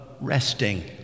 resting